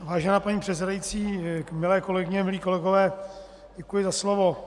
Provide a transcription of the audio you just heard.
Vážená paní předsedající, milé kolegyně, milí kolegové, děkuji za slovo.